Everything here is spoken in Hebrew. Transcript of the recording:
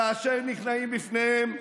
כאשר נכנעים בפניהם,